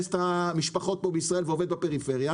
את המשפחות פה בישראל ועובד בפריפריה,